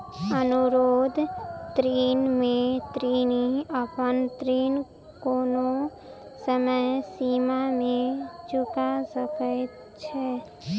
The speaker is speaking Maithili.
अनुरोध ऋण में ऋणी अपन ऋण कोनो समय सीमा में चूका सकैत छै